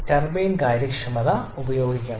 ടർബൈൻകാര്യക്ഷമത ഉപയോഗിക്കണം